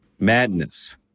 Madness